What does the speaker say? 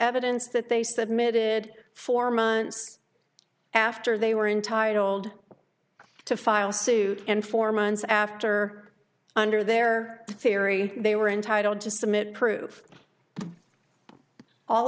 evidence that they said mid four months after they were entitled to file suit and four months after under their theory they were entitled to submit proof all